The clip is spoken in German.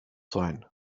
sein